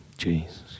Jesus